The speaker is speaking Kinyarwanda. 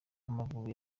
amavubi